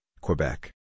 Quebec